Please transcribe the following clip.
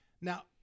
Now